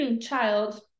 child